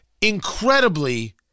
incredibly